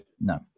No